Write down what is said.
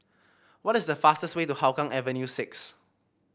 what is the fastest way to Hougang Avenue six